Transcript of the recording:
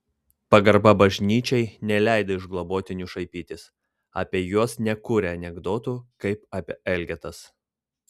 pagarba bažnyčiai neleido iš globotinių šaipytis apie juos nekūrė anekdotų kaip apie elgetas